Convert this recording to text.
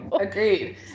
Agreed